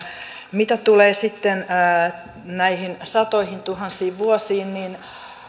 mitä tulee sitten näihin satoihintuhansiin vuosiin niin